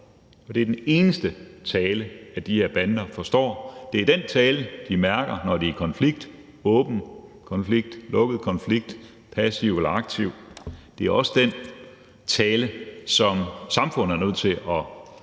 det er den eneste tale, de her bander forstår, det er den tale, de mærker, når de er i konflikt, åben eller lukket konflikt, passiv eller aktiv konflikt, og det er også den tale, som samfundet er nødt til at komme